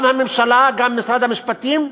גם הממשלה, גם משרד המשפטים,